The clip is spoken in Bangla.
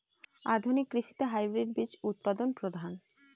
আধুনিক কৃষিতে হাইব্রিড বীজ উৎপাদন প্রধান